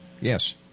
Yes